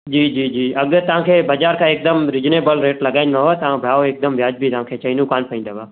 जी जी जी अघु तव्हांखे बज़ार खां एकदमि रीजिनेबल रेटु लॻाईंदोमांव तव्हां भाव एकदमि वाजिबी तव्हांखे चवणो कान पवंदव